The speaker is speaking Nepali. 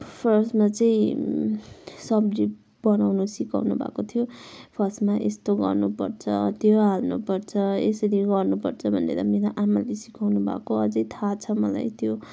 फर्स्टमा चाहिँ सब्जी बनाउनु सिकाउनु भएको थियो फर्स्टमा यस्तो गर्नुपर्छ त्यो हाल्नु पर्छ यसरी गर्नु पर्छ भनेर मेरो आमाले सिकाउनु भएको अझै थाहा छ मलाई त्यो